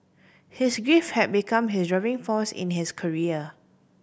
his grief had become his driving force in his career